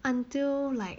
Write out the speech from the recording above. until like